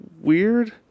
weird